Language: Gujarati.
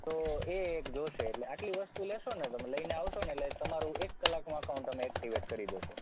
તો એ એક જોઈશે એટલે આટલી વસ્તુ લેશો ને તમે લઈને આવશો ને એટલે તમારું એક કલાકમાં અકાઉન્ટ અમે એક્ટિવેટ કરી દઈશું